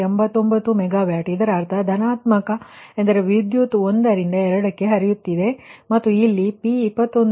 89 megawatt ಇದರರ್ಥ positive ಎಂದರೆ ವಿದ್ಯುತ್ 1 ರಿಂದ 2ಕ್ಕೆ ಹರಿಯುತ್ತಿದೆ ಮತ್ತು ಇಲ್ಲಿ P21 ನಲ್ಲಿ ಅದು −174